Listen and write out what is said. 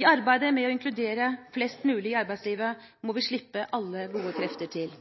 I arbeidet med å inkludere flest mulig i arbeidslivet, må vi slippe alle gode krefter til.